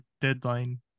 deadline